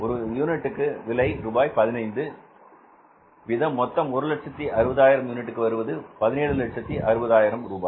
ஒரு யூனிட்டின் விலை 15 ரூபாய் வீதம் மொத்தம் 160000 யூனிட்டுக்கு வருவது 1760000 ரூபாய்